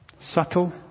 Subtle